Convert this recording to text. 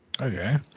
Okay